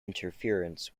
interference